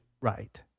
Right